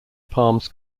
palms